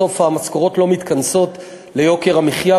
בסוף המשכורות לא מתכנסות ליוקר המחיה,